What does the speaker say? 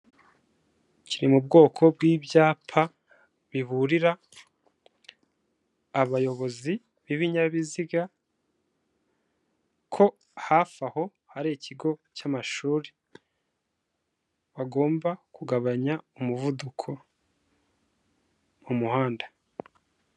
Kiri mu bwoko bw'ibyapa biburira abayobozi b ibinyabiziga ko hafi aho hari ikigo cy'amashuri bagomba kugabanya umuvuduko mu muhanda.